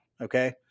Okay